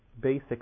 basic